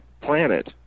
planet